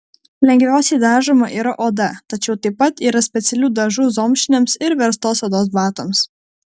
lengviausiai dažoma yra oda tačiau taip pat yra specialių dažų zomšiniams ir verstos odos batams